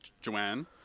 Joanne